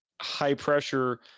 high-pressure